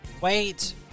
Wait